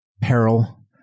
peril